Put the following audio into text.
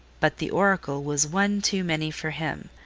but the oracle was one too many for him,